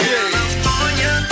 California